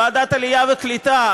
ועדת העלייה והקליטה.